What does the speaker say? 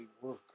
work